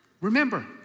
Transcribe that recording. Remember